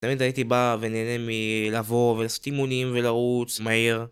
תמיד הייתי בא ונהנה מלעבור ולעשות אימונים ולרוץ מהר